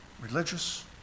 religious